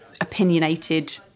opinionated